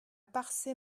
parçay